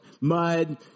mud